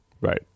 right